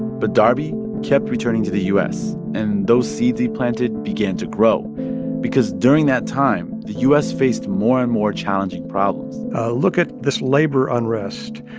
but darby kept returning to the u s. and those seeds he planted began to grow because during that time, the u s. faced more and more challenging problems look at this labor unrest.